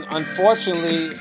unfortunately